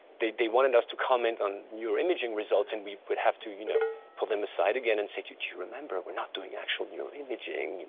they they wanted us to comment on neuro imaging results. and we would have to you know pull them aside again and say do to remember? we're not doing actual neuro imaging,